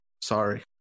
Sorry